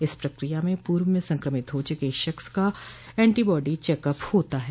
इस प्रक्रिया में पूर्व में संक्रमित हो चुके शख्स का एंटीबाडी चेकअप होता है